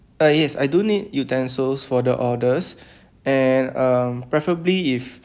uh yes I do need utensils for the orders and um preferably if